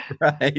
right